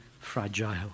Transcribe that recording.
fragile